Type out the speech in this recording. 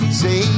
say